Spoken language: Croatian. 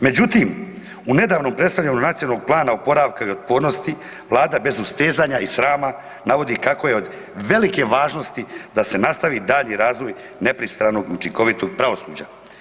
Međutim, u nedavnom predstavljanju Nacionalnog plana oporavka i otpornosti, Vlada bez ustezanja i srama navodi kako je od velike važnosti da se nastavi daljnji razvoj nepristranog i učinkovitog pravosuđa.